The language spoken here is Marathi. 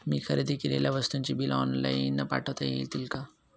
मी खरेदी केलेल्या वस्तूंची बिले ऑनलाइन पाठवता येतील का?